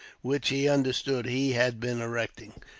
which he understood he had been erecting.